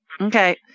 Okay